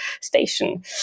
station